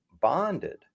bonded